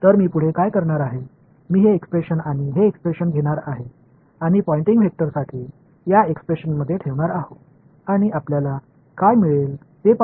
तर मी पुढे काय करणार आहे मी हे एक्सप्रेशन आणि हे एक्सप्रेशन घेणार आहे आणि पॉइंटिंग वेक्टरसाठी या एक्सप्रेशनमध्ये ठेवणार आहो आणि आपल्याला काय मिळेल ते पाहू